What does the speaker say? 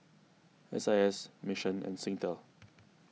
S I S Mission and Singtel